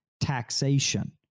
taxation